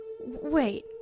Wait